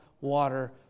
water